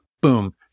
Boom